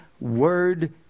word